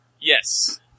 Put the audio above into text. Yes